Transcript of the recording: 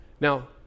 Now